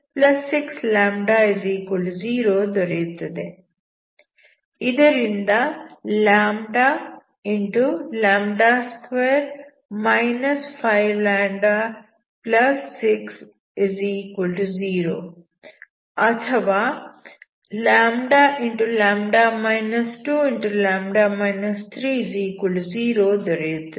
ಇದರಿಂದ 2 5λ60 ಅಥವಾ λλ 2λ 30 ದೊರೆಯುತ್ತದೆ